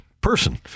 person